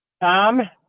Tom